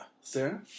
Sarah